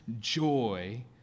joy